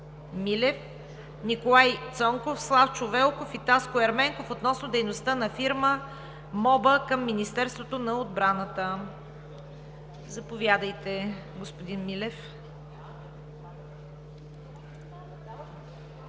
Милев, Николай Цонков, Славчо Велков и Таско Ерменков относно дейността на фирма „МОБА“ към Министерството на отбраната. Заповядайте, господин Милев.